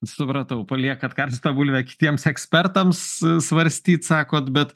supratau paliekat karštą bulvę kitiems ekspertams svarstyt sakot bet